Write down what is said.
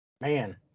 Man